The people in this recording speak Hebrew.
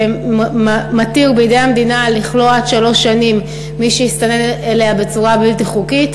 שמתיר למדינה לכלוא עד שלוש שנים מי שהסתנן אליה בצורה בלתי חוקית,